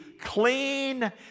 clean